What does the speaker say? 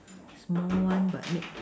small one but make